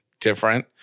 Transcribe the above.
different